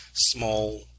small